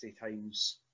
times